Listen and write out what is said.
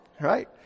right